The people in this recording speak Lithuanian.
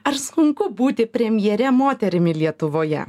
ar sunku būti premjere moterimi lietuvoje